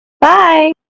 Bye